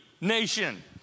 nation